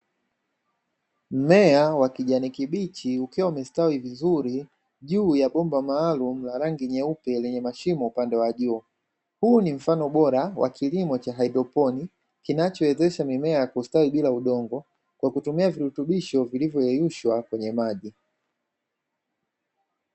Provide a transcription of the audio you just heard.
Mmea wa kijani kibichi ukiwa umestawi vizuri juu ya bomba maalumu la rangi nyeupe na lenye mashimo upande wa juu. Huu ni mfano bora wa kilimo cha haidroponi kinachowezesha mimea kustawi bila udongo, kwa kutumia virutubisho vilivyoyeyushwa kwenye maji.